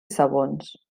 sabons